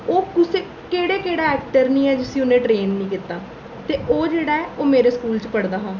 ओह् उसी केह्ड़े केह्ड़े ऐक्टर निं ऐ जिसी उन्नै ट्रेन निं कीता ते ओह् जेह्ड़ा ऐ ओह् मेरे स्कूल च पढ़दा हा